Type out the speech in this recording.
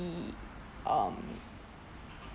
um